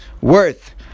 worth